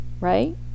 right